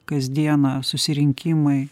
kasdieną susirinkimai